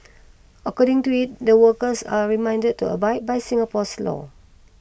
according to it the workers are reminded to abide by Singapore's laws